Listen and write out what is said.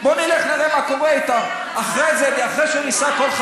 בוא נלך ונראה מה קורה איתם.